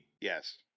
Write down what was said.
Yes